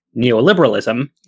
neoliberalism